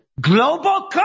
global